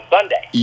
Sunday